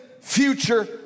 future